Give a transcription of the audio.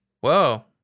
Whoa